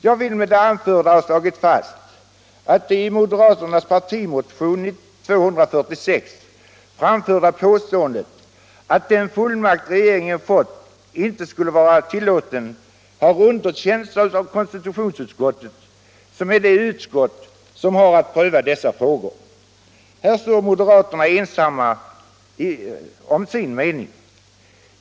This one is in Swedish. Med det anförda vill jag ha slagit fast att det i moderaternas partimotion, nr 246, framförda påståendet att den fullmakt regeringen fått inte skulle vara tillåten har underkänts av konstitutionsutskottet, som är det utskott som har att pröva dessa frågor. Här står moderaterna ensamma om sin mening.